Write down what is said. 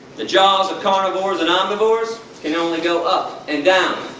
the jaws of carnivores and omnivores can only go up and down,